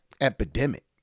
epidemic